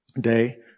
day